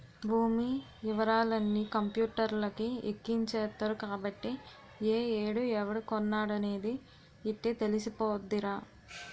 భూమి యివరాలన్నీ కంపూటర్లకి ఎక్కించేత్తరు కాబట్టి ఏ ఏడు ఎవడు కొన్నాడనేది యిట్టే తెలిసిపోద్దిరా